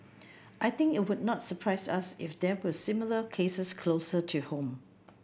I think it would not surprise us if there were similar cases closer to home